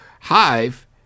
Hive